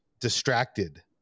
distracted